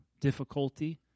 difficulty